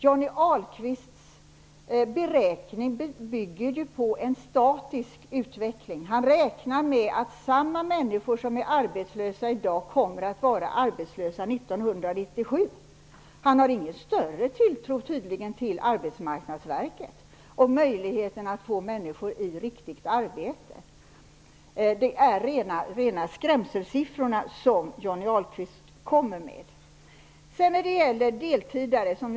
Johnny Ahlqvists beräkning bygger på en statisk utveckling. Han räknar med att samma människor som är arbetslösa i dag kommer att vara det år 1997. Han har tydligen ingen större tilltro till Arbetsmarknadsverket och möjligheterna att få människor i riktigt arbete. Johnny Ahlqvist kommer med rena skrämselsiffrorna.